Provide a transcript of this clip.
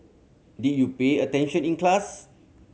did you pay attention in class